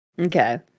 Okay